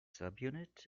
subunit